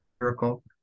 miracle